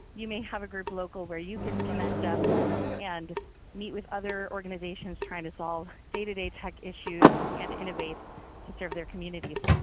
you may have a group local where you can connect up and meet with other organizations trying to solve day to day tech issues and innovate to serve their communities.